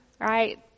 right